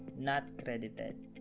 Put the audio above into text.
not credited